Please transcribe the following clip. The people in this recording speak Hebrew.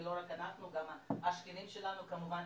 ולא רק אנחנו, גם השכנים שלנו כמובן